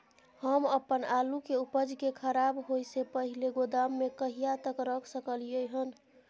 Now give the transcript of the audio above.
हम अपन आलू के उपज के खराब होय से पहिले गोदाम में कहिया तक रख सकलियै हन?